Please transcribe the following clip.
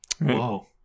Whoa